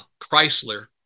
Chrysler